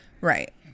right